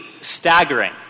staggering